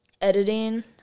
editing